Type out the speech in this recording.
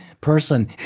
person